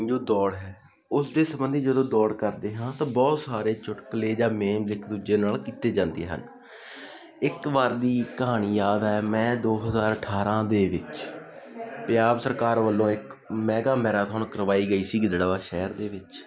ਜੋ ਦੌੜ ਹੈ ਉਸਦੇ ਸੰਬੰਧੀ ਜਦੋਂ ਦੌੜ ਕਰਦੇ ਹਾਂ ਤਾਂ ਬਹੁਤ ਸਾਰੇ ਚੁਟਕਲੇ ਜਾਂ ਮੇਮਜ ਇੱਕ ਦੂਜੇ ਨਾਲ ਕੀਤੇ ਜਾਂਦੇ ਹਨ ਇੱਕ ਵਾਰ ਦੀ ਕਹਾਣੀ ਯਾਦ ਹੈ ਮੈਂ ਦੋ ਹਜ਼ਾਰ ਅਠਾਰਾਂ ਦੇ ਵਿੱਚ ਪੰਜਾਬ ਸਰਕਾਰ ਵੱਲੋਂ ਇੱਕ ਮੈਗਾ ਮੈਰਾਥੋਨ ਕਰਵਾਈ ਗਈ ਸੀ ਗਿੱਦੜਬਾਹਾ ਸ਼ਹਿਰ ਦੇ ਵਿੱਚ